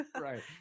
Right